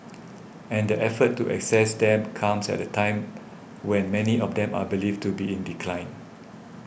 and the effort to assess them comes at a time when many of them are believed to be in decline